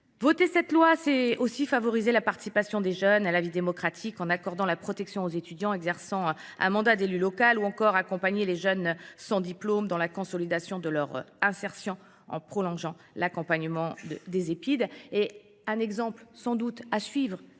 Voter cette loi c'est aussi favoriser la participation des jeunes à la vie démocratique en accordant la protection aux étudiants, exerçant un mandat d'élu local ou encore accompagner les jeunes sans diplôme dans la consolidation de leur insertion en prolongeant l'accompagnement des épides. Et un exemple sans doute à suivre